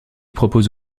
propose